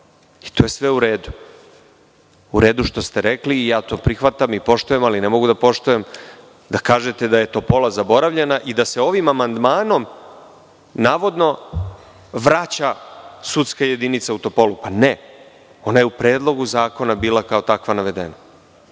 i to je sve u redu. U redu je što ste rekli, ja to prihvatam i poštujem, ali ne mogu da poštujem da kažete da je Topola zaboravljena i da se ovim amandmanom navodno vraća sudska jedinica u Topolu. Ne, ona je u Predlogu zakona bila kao takva navedena.